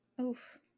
Oof